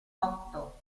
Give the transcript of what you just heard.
otto